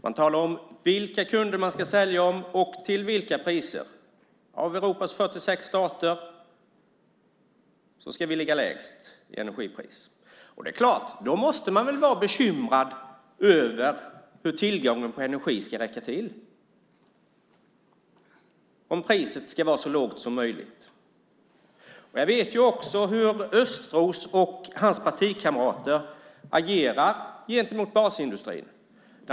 Man talar om vilka kunder man ska sälja till och till vilka priser. Av Europas 46 stater ska vi ligga lägst när det gäller energipriset. Om priset ska vara så lågt som möjligt måste man väl vara bekymrad över hur tillgången på energi ska räcka till. Jag vet också hur Östros och hans partikamrater agerar gentemot basindustrin.